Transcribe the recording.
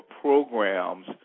programs